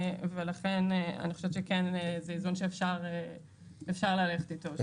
ולכן אני חושבת שזה כן איזון שאפשר ללכת איתו.